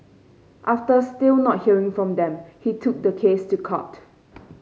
after still not hearing from them he took the case to court